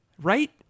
Right